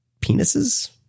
penises